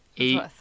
Eight